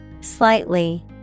Slightly